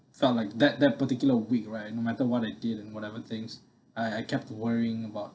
felt like that that particular week right no matter what they did and whatever things I I kept worrying about